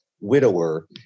Widower